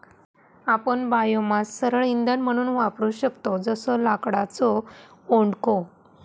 आपण बायोमास सरळ इंधन म्हणून वापरू शकतव जसो लाकडाचो ओंडको